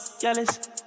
jealous